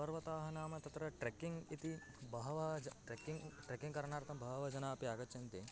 पर्वताः नाम तत्र ट्रेक्किङ्ग् इति बहवः ज ट्र्क्किङ्ग् ट्रेक्किङ्ग् करणार्थं बहवः जनाः अपि आगच्छन्ति